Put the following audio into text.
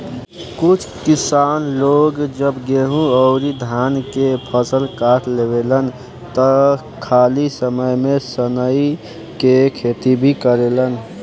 कुछ किसान लोग जब गेंहू अउरी धान के फसल काट लेवेलन त खाली समय में सनइ के खेती भी करेलेन